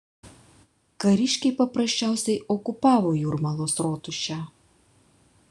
kariškiai paprasčiausiai okupavo jūrmalos rotušę